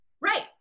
Right